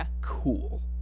cool